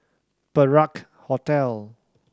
Perak Hotel